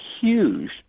huge